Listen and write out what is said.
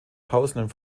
tausenden